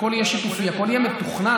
הכול יהיה שיתופי, הכול יהיה מתוכנן.